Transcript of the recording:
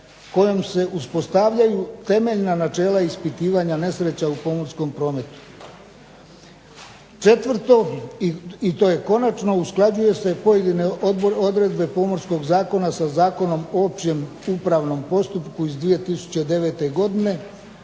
kojom se uspostavljaju temeljna načela ispitivanja nesreća u pomorskom prometu. 4. i to je konačno, usklađuju se pojedine odredbe Pomorskog zakona sa Zakonom o općem upravnom postupku iz 2009. godine,